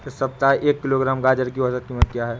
इस सप्ताह एक किलोग्राम गाजर की औसत कीमत क्या है?